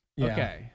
okay